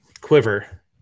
Quiver